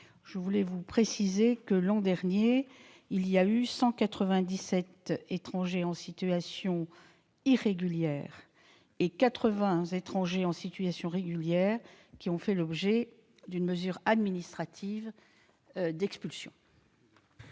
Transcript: une capacité d'appréciation. L'an dernier, 197 étrangers en situation irrégulière et 80 étrangers en situation régulière ont fait l'objet d'une mesure administrative d'expulsion.